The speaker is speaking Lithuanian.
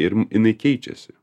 ir jinai keičiasi